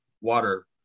water